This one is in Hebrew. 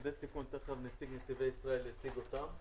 תכף נציג נתיבי ישראל יציג את מוקדי הסיכון.